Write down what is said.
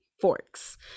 forks